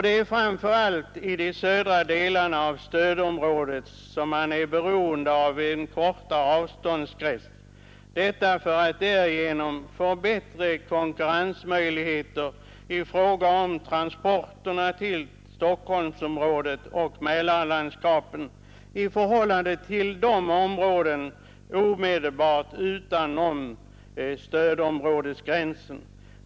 Det är framför allt i de södra delarna av stödområdet som man är beroende av en lägre avståndsgräns för att få bättre konkurrensmöjligheter i fråga om transporterna till Stockholmsområdet och Mälarlandskapen i förhållande till områden omedelbart utanför stödområdesgränsen.